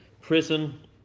prison